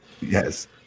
Yes